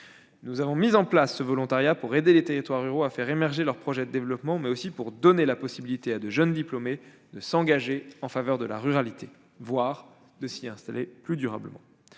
Nous avons mis en place ce volontariat pour aider les territoires ruraux à faire émerger leurs projets de développement, mais aussi pour permettre à de jeunes diplômés de s'engager en faveur de la ruralité, voire de s'y installer plus durablement.